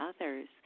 others